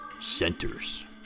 centers